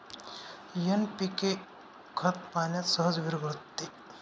NPK खत पाण्यात सहज विरघळते